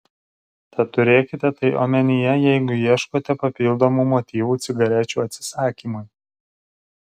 tad turėkite tai omenyje jeigu ieškote papildomų motyvų cigarečių atsisakymui